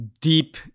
deep